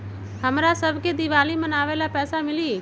हमरा शव के दिवाली मनावेला पैसा मिली?